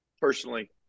personally